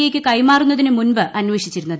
I ക്ക് കൈമാറുന്നതിനു മുമ്പ് അന്വേഷിച്ചിരുന്നത്